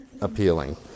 appealing